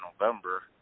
November